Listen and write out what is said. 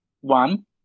One